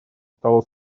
стало